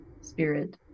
spirit